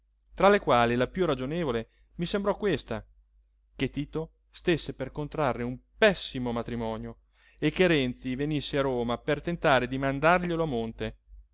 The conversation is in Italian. tra le quali la piú ragionevole mi sembrò questa che tito stésse per contrarre un pessimo matrimonio e che renzi venisse a roma per tentare di mandarglielo a monte